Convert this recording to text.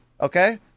Okay